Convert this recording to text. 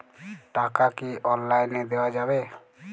টাকা কি অনলাইনে দেওয়া যাবে?